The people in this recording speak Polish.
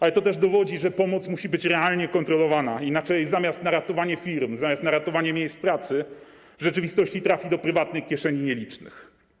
Ale to też dowodzi, że pomoc musi być realnie kontrolowana, inaczej zamiast na ratowanie firm, zamiast na ratowanie miejsc pracy w rzeczywistości trafi do prywatnych kieszeni nielicznych.